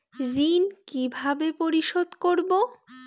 ঋণ কিভাবে পরিশোধ করব?